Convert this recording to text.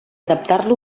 adaptar